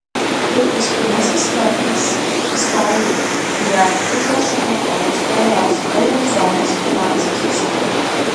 tai bus pirmasis kartas istorijoje kai jav iždo sekretorius dalyvaus euro zonos finansų susitikime